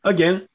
Again